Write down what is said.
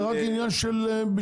זה רק עניין של --- בשניות.